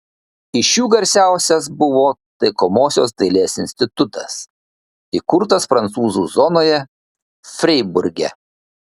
iš jų garsiausias buvo taikomosios dailės institutas įkurtas prancūzų zonoje freiburge